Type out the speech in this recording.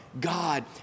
God